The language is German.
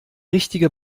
richtige